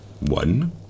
One